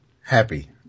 happy